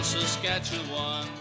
Saskatchewan